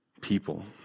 people